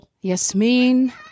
Yasmin